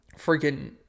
freaking